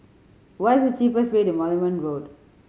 what is the cheapest way to Moulmein Road